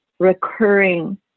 recurring